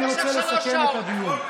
לא, אני רוצה לסכם את הדיון.